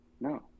No